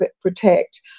protect